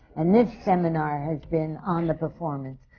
and this seminar has been on the performance,